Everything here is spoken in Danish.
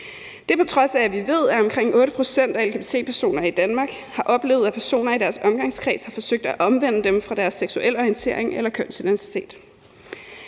er, på trods af at vi ved, at omkring 8 pct. af lgbt-personer i Danmark har oplevet, at personer i deres omgangskreds har forsøgt at omvende dem fra deres seksuelle orientering eller kønsidentitet.